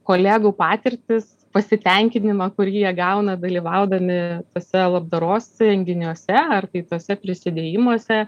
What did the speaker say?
kolegų patirtis pasitenkinimą kurį jie gauna dalyvaudami tuose labdaros renginiuose ar kituose prisidėjimuose